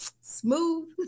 smooth